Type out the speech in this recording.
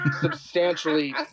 substantially